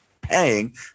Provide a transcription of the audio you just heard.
paying